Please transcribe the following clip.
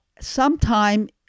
sometime